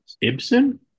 Ibsen